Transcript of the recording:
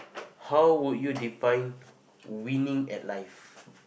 how would you define wining at life